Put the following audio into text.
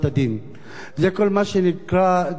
זה כל מה שנקרא דרכים נופיות,